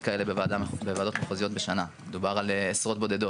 כי בנוסח המוצע מדובר על מטעמים מיוחדים.